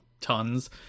tons